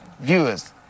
Viewers